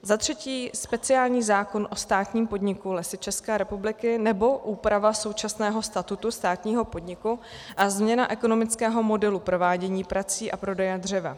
Za třetí speciální zákon o státním podniku Lesy České republiky, nebo úprava současného statutu státního podniku a změna ekonomického modelu provádění prací a prodeje dřeva.